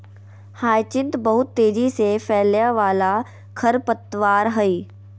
hyacinth बहुत तेजी से फैलय वाला खरपतवार हइ